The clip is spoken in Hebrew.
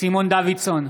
סימון דוידסון,